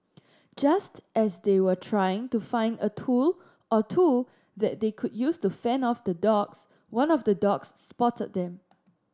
just as they were trying to find a tool or two that they could use to fend off the dogs one of the dogs spotted them